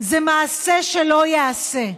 זה מעשה שלא ייעשה.